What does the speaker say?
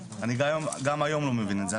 אני גם היום לא מבין את זה.